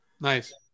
Nice